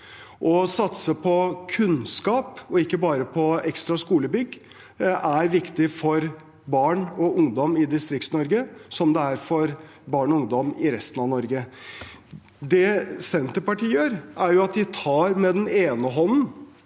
Å satse på kunnskap og ikke bare på ekstra skolebygg er viktig for barn og ungdom i Distrikts-Norge, som det er for barn og ungdom i resten av Norge. Det Senterpartiet gjør, er at de tar med den ene hånden